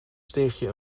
steegje